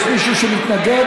יש מישהו שמתנגד?